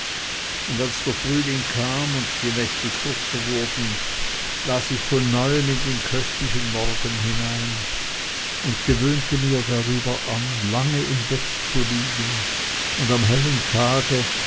und als der frühling kam und die nächte kürzer wurden las ich von neuem in den köstlichen morgen hinein und gewöhnte mir darüber an lange im bette zu liegen und am hellen tage